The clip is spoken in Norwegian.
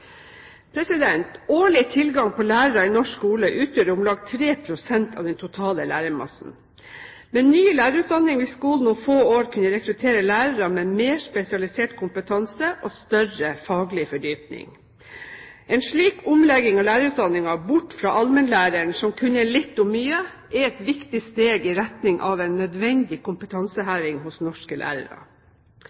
Årlig tilgang på lærere i norsk skole utgjør om lag 3 pst. av den totale lærermassen. Med ny lærerutdanning vil skolen om få år kunne rekruttere lærere med mer spesialisert kompetanse og større faglig fordypning. En slik omlegging av lærerutdanningen – bort fra allmennlæreren som kunne litt om mye – er et viktig steg i retning av en nødvendig kompetanseheving hos norske lærere.